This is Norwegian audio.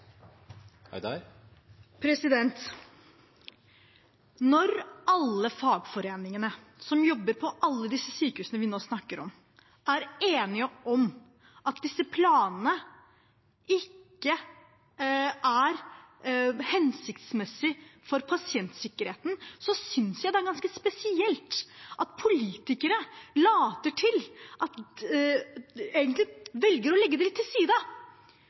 Når alle fagforeningene til dem som jobber på sykehusene vi nå snakker om, er enige om at disse planene ikke er hensiktsmessige for pasientsikkerheten, synes jeg det er ganske spesielt at politikere velger å legge dem til side og argumentere imot. Det